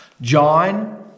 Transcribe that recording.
John